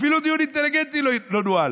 אפילו דיון אינטליגנטי לא נוהל.